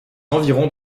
environs